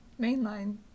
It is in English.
Mainline